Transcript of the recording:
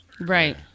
Right